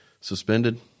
suspended